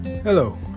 hello